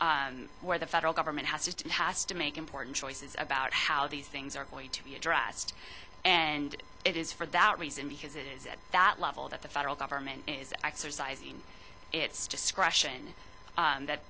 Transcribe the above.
that where the federal government has to pass to make important choices about how these things are going to be addressed and it is for that reason because it is at that level that the federal government is exercising its discretion that